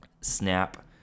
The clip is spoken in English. Snap